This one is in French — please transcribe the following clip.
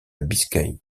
biscaye